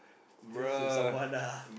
close with someone ah